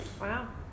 wow